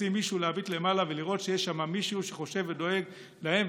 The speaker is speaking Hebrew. רוצים להביט למעלה ולראות שיש שם מישהו שחושב ודואג להם,